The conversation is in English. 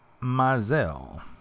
mazel